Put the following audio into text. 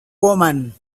woman